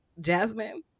jasmine